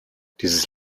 dieses